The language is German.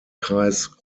kreis